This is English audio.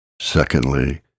Secondly